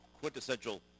quintessential